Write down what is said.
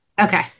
Okay